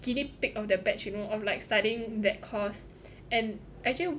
guinea pig of the batch you know of like studying that course and actually